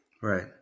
Right